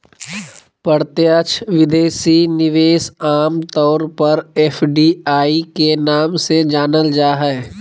प्रत्यक्ष विदेशी निवेश आम तौर पर एफ.डी.आई के नाम से जानल जा हय